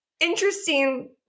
interesting